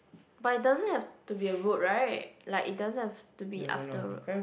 but it doesn't have to be a road right like it doesn't have to be after road